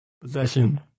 possession